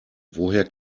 woher